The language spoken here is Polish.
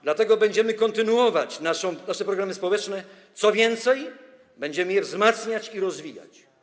Dlatego będziemy kontynuować nasze programy społeczne, co więcej, będziemy je wzmacniać i rozwijać.